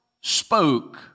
spoke